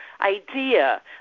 idea